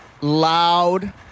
loud